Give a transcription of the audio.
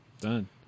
Done